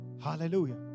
Hallelujah